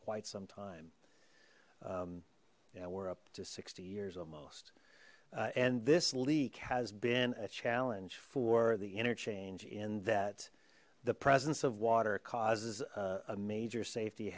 quite some time and we're up to sixty years almost and this leak has been a challenge for the interchange in that the presence of water causes a major safety